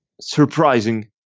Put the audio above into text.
surprising